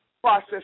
process